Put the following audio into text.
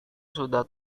sudah